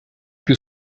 più